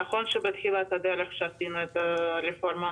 נכון שבתחילת הדרך כשעשינו את הרפורמה